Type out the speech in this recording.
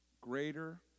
greater